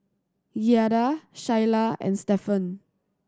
Giada Shyla and Stephan